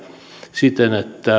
siten että